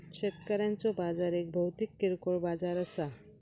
शेतकऱ्यांचो बाजार एक भौतिक किरकोळ बाजार असा